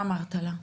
מה אמרת לה?